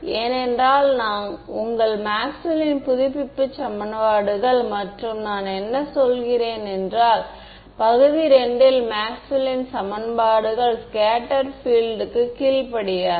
எனவே நாம் ஏற்கனவே அறிந்திருக்கிறோம் நாம் இங்கே எதையாவது பயன்படுத்தி ∇×H மேக்ஸ்வெல்லின் சமன்பாடுகள் சமமாக இருக்கும் படி செய்யவேண்டும்